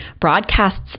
broadcasts